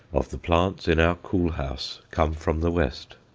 of the plants in our cool house come from the west.